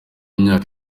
y’imyaka